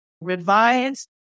revised